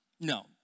No